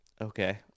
Okay